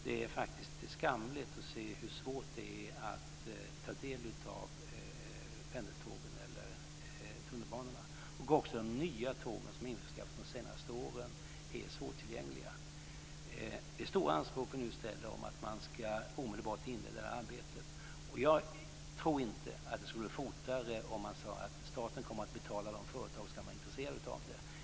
Det är faktiskt skamligt att en del av pendeltågen och tunnelbanorna är så svårtillgängliga. Även de tåg som har införskaffats de senaste åren är svårtillgängliga. Det är stora anspråk som nu ställs på att man omedelbart ska inleda det här arbetet. Jag tror inte att det skulle gå fortare om man sade att staten kommer att betala de företag som kan vara intresserade av detta.